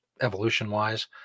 evolution-wise